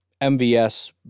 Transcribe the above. MVS